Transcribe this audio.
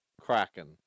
Kraken